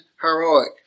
heroic